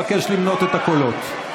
אבקש למנות את הקולות.